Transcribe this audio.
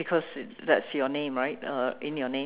because that's your name right uh in your name